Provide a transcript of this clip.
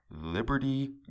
Liberty